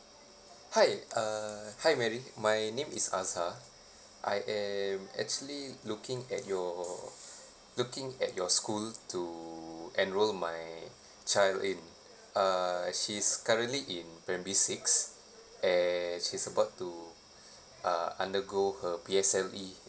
hi uh hi mary my name is azar I am actually looking at your looking at your school to enrol my child in uh she's currently in primary six and she's about to uh undergo her P_L_S_E